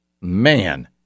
Man